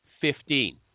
fifteen